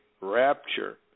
rapture